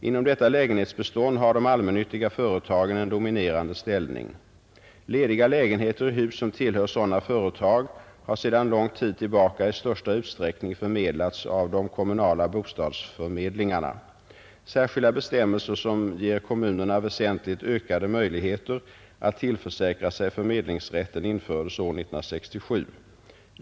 Inom detta lägenhetsbestånd har de allmännyttiga företagen en dominerande ställning. Lediga lägenheter i hus som tillhör sådana företag har sedan lång tid tillbaka i största utsträckning förmedlats av de kommunala bostadsförmedlingarna. Särskilda bestämmelser som ger kommunerna väsentligt ökade möjligheter att tillförsäkra sig förmedlingsrätten infördes år 1967.